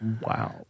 Wow